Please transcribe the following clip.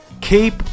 keep